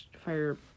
fire